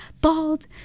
bald